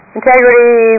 integrity